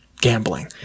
gambling